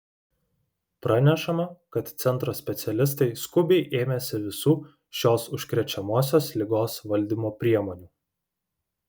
pranešama kad centro specialistai skubiai ėmėsi visų šios užkrečiamosios ligos valdymo priemonių